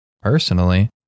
personally